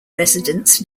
residents